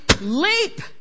leap